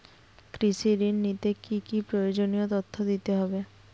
কৃষি ঋণ নিতে কি কি প্রয়োজনীয় তথ্য দিতে হবে?